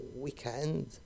weekend